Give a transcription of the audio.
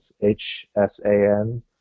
H-S-A-N